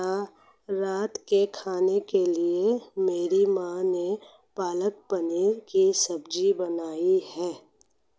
रात के खाने के लिए मेरी मां ने पालक पनीर की सब्जी बनाई है